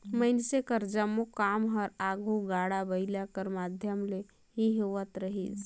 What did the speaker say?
मइनसे कर जम्मो काम हर आघु गाड़ा बइला कर माध्यम ले ही होवत रहिस